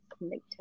later